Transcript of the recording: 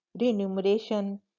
remuneration